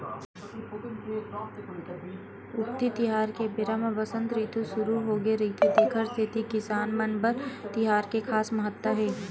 उक्ती तिहार के बेरा म बसंत रितु सुरू होगे रहिथे तेखर सेती किसान मन बर ए तिहार के खास महत्ता हे